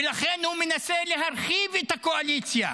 ולכן הוא מנסה להרחיב את הקואליציה